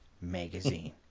Magazine